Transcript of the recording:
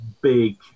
big